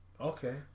Okay